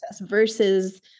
Versus